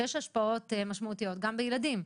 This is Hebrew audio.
שיש השפעות משמעותיות גם בילדים.